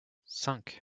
cinq